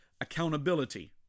accountability